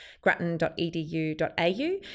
grattan.edu.au